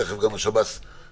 וכך אנו מפחיתים את המגעים